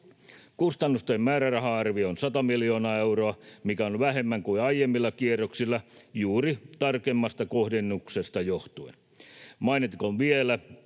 Kustannustuen määräraha-arvio on 100 miljoonaa euroa, mikä on vähemmän kuin aiemmilla kierroksilla juuri tarkemmasta kohdennuksesta johtuen. Mainittakoon vielä,